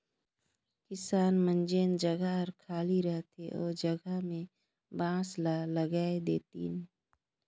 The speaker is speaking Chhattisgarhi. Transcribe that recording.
किसान मन जेन जघा हर खाली रहथे ओ जघा में बांस ल लगाय देतिन